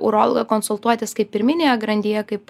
urologą konsultuotis kaip pirminėje grandyje kaip